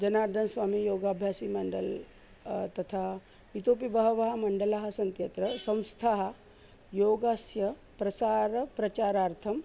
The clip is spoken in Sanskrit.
जनार्दनस्वामीयोगाभ्यासी मण्डलं तथा इतोपि बहवः मण्डलाः सन्ति अत्र संस्थाः योगस्य प्रसारप्रचारार्थम्